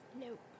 Nope